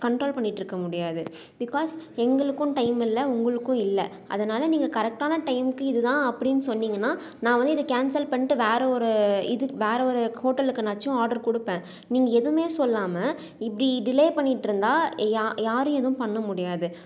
control பண்ணிட்டுருக்க முடியாது because எங்களுக்கும் டைம் இல்லை உங்களுக்கும் இல்லை அதனால் நீங்கள் கரெக்டான டைம்க்கு இதுதான் அப்படீனு சொன்னீங்கனால் நான் வந்து இது கேன்சல் பண்ணிட்டு வேறே ஒரு இது வேறே ஒரு ஹோட்டலுக்குனாச்சும் ஆர்டர் கொடுப்பேன் நீங்கள் எதுவுமே சொல்லாமல் இப்படி டிலே பண்ணிகிட்டு இருந்தால் யா யாரும் எதுவும் பண்ணமுடியாது